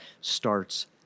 starts